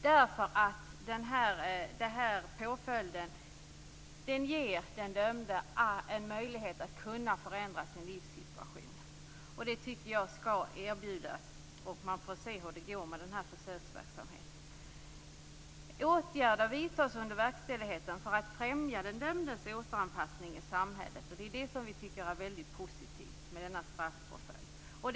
Den här påföljden ger nämligen den dömde en möjlighet att förändra sin livssituation. Det tycker jag skall erbjudas och man får se hur det går med försöksverksamheten. Åtgärder vidtas under verkställigheten för att främja den dömdes återanpassning i samhället. Det är det som vi tycker är positivt med denna straffpåföljd.